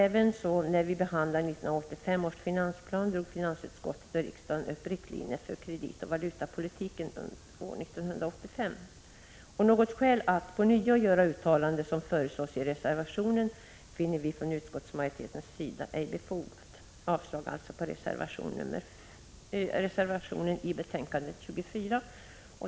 Ävenså när vi behandlade 1985 års finansplan drog finansutskottet i riksdagen upp riktlinjer för kreditoch valutapolitiken för 1985. Något skäl att ånyo göra uttalanden, som föreslås i reservationen, finner vi från utskottsmajoriteten ej befogat. Jag yrkar avslag på reservationen i betänkande 24.